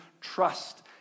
trust